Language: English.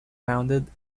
founded